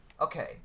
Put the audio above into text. Okay